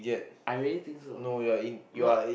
I really think so no